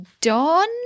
Don